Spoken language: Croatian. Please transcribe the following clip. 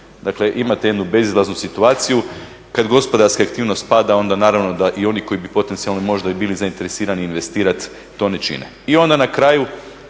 Dakle imate jednu bezizlaznu situaciju. Kad gospodarska aktivnost pada onda naravno da i oni koji bi potencijalno možda i bili zainteresirani investirat to ne čine. I onda na kraju